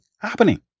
happening